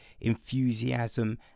enthusiasm